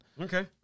Okay